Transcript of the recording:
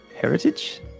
heritage